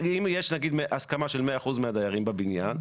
אם יש הסכמה של כל הדיירים בבניין,